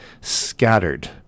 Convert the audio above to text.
scattered